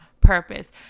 purpose